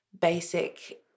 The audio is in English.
basic